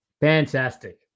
Fantastic